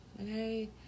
okay